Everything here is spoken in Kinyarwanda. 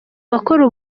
bakora